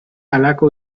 halako